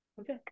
Okay